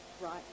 right